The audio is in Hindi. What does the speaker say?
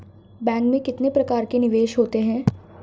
बैंक में कितने प्रकार के निवेश होते हैं?